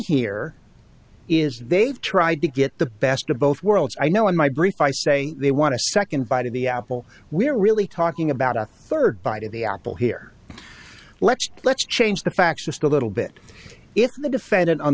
here is they've tried to get the best of both worlds i know in my brief i say they want to second bite of the apple we're really talking about a third bite of the apple here let's let's change the facts just a little bit if the defendant on